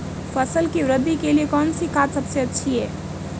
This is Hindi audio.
फसल की वृद्धि के लिए कौनसी खाद सबसे अच्छी है?